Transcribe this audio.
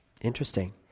interesting